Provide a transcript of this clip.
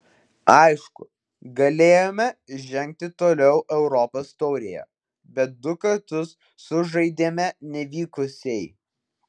aišku galėjome žengti toliau europos taurėje bet du kartus sužaidėme nevykusiai